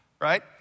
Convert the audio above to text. right